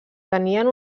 tenien